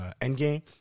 Endgame